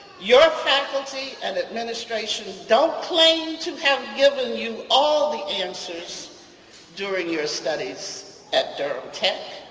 your faculty and administration don't claim to have given you all the answers during your studies at durham tech,